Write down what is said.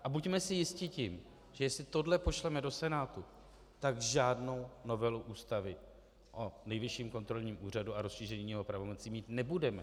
A buďme si jisti tím, že jestli tohle pošleme do Senátu, tak žádnou novelu Ústavy o Nejvyšším kontrolním úřadu a rozšíření jeho pravomocí mít nebudeme.